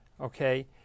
okay